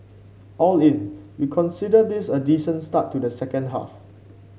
all in we consider this a decent start to the second half